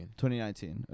2019